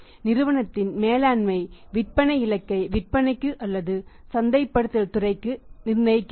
நிறுவனத்தின் மேலாண்மை விற்பனை இலக்கை விற்பனைக்கு அல்லது சந்தைப்படுத்தல் துறைக்கு நிர்ணயிக்கிறது